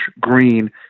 green